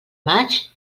maig